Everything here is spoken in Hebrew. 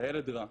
אתה ילד רע,